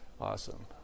awesome